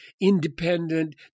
independent